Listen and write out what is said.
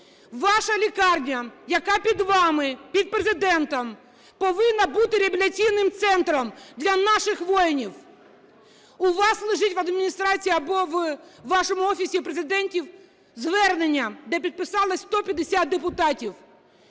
Ваша лікарня, яка під вами, під Президентом, повинна бути реабілітаційним центром для наших воїнів. У вас лежить в Адміністрації, або у вашому Офісі Президента, звернення, де підписалися 150 депутатів.